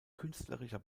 künstlerischer